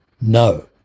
no